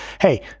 Hey